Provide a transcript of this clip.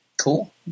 Cool